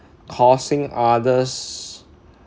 causing others